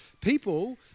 people